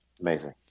Amazing